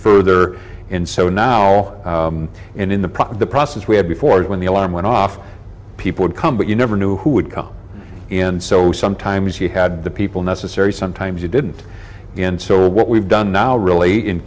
further and so now in the proper process we had before when the alarm went off people would come but you never knew who would come in so sometimes you had the people necessary sometimes you didn't the end so what we've done now really in